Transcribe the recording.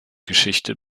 geschichte